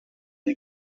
die